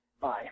Bye